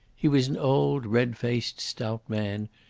he was an old, red-faced, stout man,